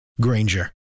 Granger